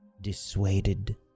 dissuaded